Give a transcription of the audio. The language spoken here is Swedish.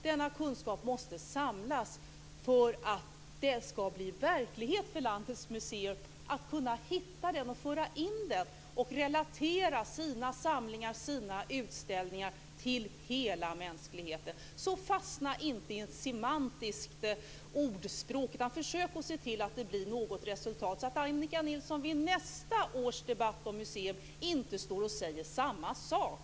Denna kunskap måste samlas för att landets museer ska kunna hitta den, föra in den och relatera sina samlingar och utställningar till hela mänskligheten. Fastna inte i semantiken, utan försök se till att det blir något resultat så att Annika Nilsson vid nästa års debatt om museer inte står och säger samma sak!